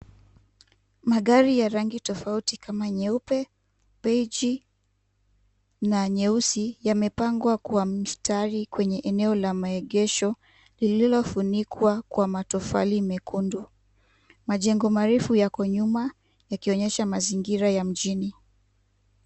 Magari ya rangi tofauti kama nyeupe, beiji na nyeusi yamepangwa kwa mstari kwenye eneo la maegesho liliofunikwa kwa matofali mekundu, majengo marefu yako nyuma yakionyesha mazingira ya mjini.